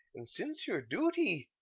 and since your duty.